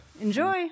Enjoy